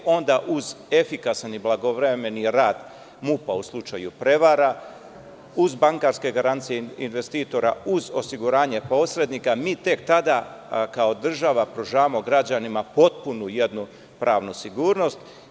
Onda uz efikasan i blagovremeni rad MUP-a u slučaju prevara, uz bankarske garancije investitora, uz osiguranje posrednika, mi tek tada kao država pružamo građanima potpunu jednu pravnu sigurnost.